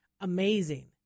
amazing